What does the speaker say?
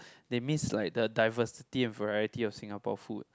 they miss like the diversity and variety of Singapore food